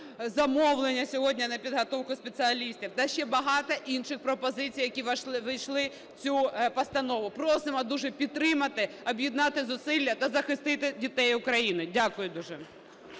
замовлення сьогодні на підготовку спеціалістів та ще багато інших пропозицій, які ввійшли в цю постанову. Просимо дуже підтримати, об'єднати зусилля та захистити дітей України. Дякую дуже.